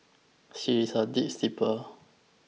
she is a deep sleeper